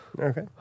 Okay